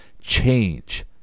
change